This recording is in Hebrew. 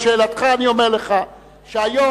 לשאלתך אני אומר לך: היום,